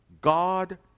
God